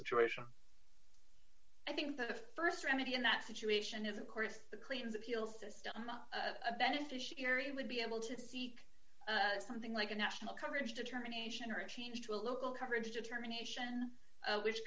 situation i think the st remedy in that situation is of course the claims appeals as a beneficiary would be able to seek something like a national coverage determination or a change to a local coverage determination which